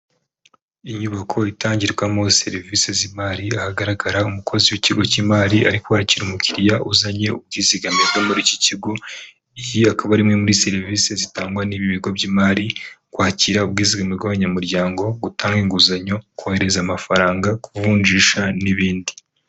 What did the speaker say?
Inyubako itangirwamo serivisi z'imari, ahagaragara umukozi w'ikigo cy'imari, ariko kwakira umukiriya uzanye ubwizigame bwe muri iki kigo, iyi akaba ari imwe muri serivisi zitangwa n'ibi bigo by'imari, kwakira ubwizigame bw'abanyamuryango, gutanga inguzanyo, kohereza amafaranga, kuvunjisha n'ibindi.